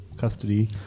custody